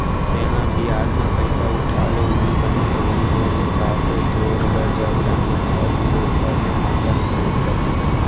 तेंहा बियाज म पइसा उठा ले उहीं बने रइही मोर हिसाब ले तोर बर जबरन ओखर मेर ओखर मेर मांगत रहिथस